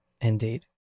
Indeed